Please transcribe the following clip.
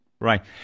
Right